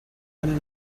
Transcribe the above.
one